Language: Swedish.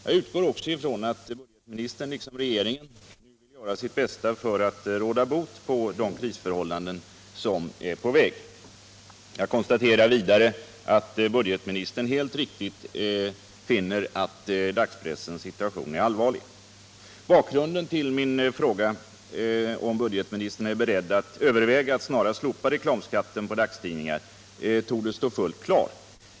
Jag utgår från att budgetministern — liksom regeringen — vill göra sitt bästa för att råda bot på de krisförhållanden som är på väg. Jag konstaterar vidare att budgetministern helt riktigt finner att dagspressens situation är allvarlig. Bakgrunden till min fråga, om budgetministern är beredd att överväga att snarast slopa reklamskatten på dagstidningar, torde stå fullt klar.